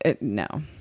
no